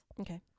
Okay